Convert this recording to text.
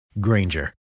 Granger